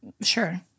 Sure